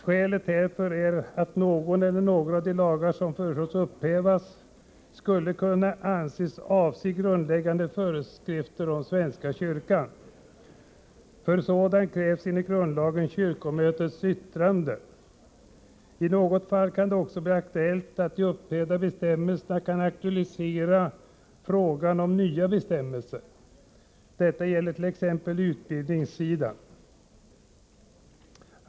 Skälet härför är att någon eller några av de lagar som föreslås upphävas skulle kunna anses avse grundläggande föreskrifter om svenska kyrkan. För sådana krävs enligt grundlagen kyrkomötets yttrande. I något fall kan det också göras gällande att de upphävda bestämmelserna kan aktualisera frågan om nya bestämmelser. Detta gäller t.ex. frågan om utbildning.